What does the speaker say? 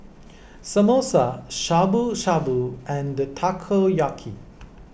Samosa Shabu Shabu and Takoyaki